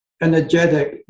energetic